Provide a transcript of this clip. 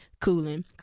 cooling